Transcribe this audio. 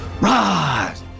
rise